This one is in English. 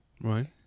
Right